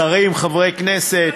שרים, חברי כנסת,